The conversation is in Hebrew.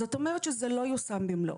זאת אומרת שזה לא יושם במלואו.